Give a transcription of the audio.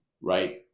right